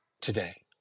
today